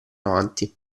avanti